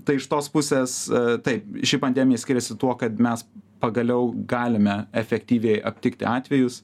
tai iš tos pusės taip ši pandemija skiriasi tuo kad mes pagaliau galime efektyviai aptikti atvejus